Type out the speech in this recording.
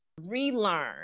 relearn